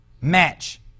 Match